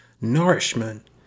nourishment